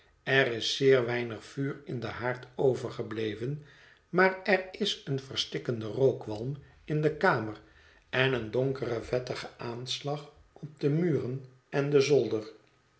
er is zeer weinig vuur in den haard overgebleven maar er is een verstikkende rookwalm in de kamer en een donkere vettige aanslag op de muren en den zolder